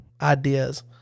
ideas